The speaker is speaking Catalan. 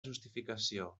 justificació